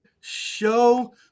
show